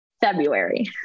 February